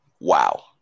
Wow